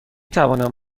توانم